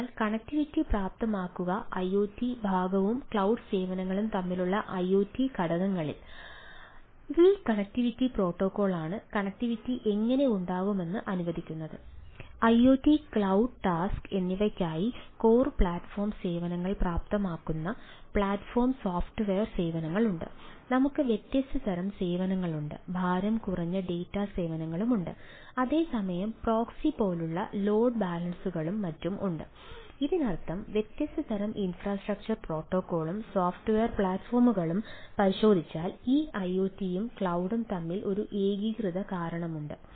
അതിനാൽ connectivity protocol MQTT പരിശോധിച്ചാൽ ഈ ഐഒടിയും ക്ലൌഡും തമ്മിൽ ഒരു ഏകീകൃത കാരണമുണ്ട്